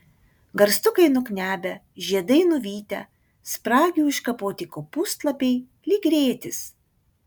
garstukai nuknebę žiedai nuvytę spragių iškapoti kopūstlapiai lyg rėtis